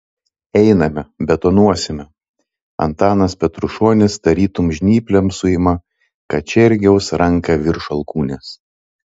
einame betonuosime antanas petrušonis tarytum žnyplėm suima kačergiaus ranką virš alkūnės